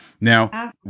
Now